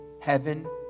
Heaven